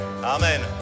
Amen